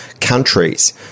countries